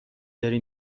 داری